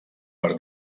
per